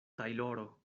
tajloro